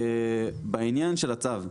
בעניין של הצו,